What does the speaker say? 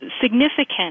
significant